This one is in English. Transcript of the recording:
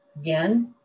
Again